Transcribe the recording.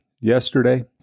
yesterday